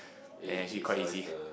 is is always the